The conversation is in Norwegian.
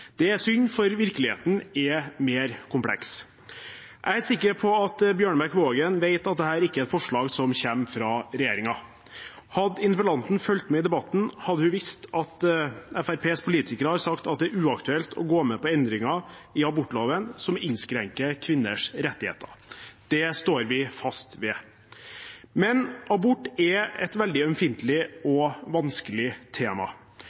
Det er synd, for virkeligheten er mer kompleks. Jeg er sikker på at Bjørnebekk-Waagen vet at dette ikke er et forslag som kommer fra regjeringen. Hadde interpellanten fulgt med i debatten, hadde hun visst at Fremskrittspartiets politikere har sagt at det er uaktuelt å gå med på endringer i abortloven som innskrenker kvinners rettigheter. Det står vi fast ved. Men abort er et veldig ømfintlig og vanskelig tema,